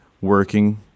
working